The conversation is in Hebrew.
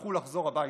יצטרכו לחזור הביתה".